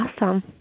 Awesome